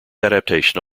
adaptation